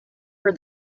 for